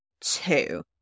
two